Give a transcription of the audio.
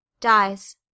Dies